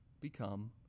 become